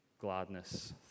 gladness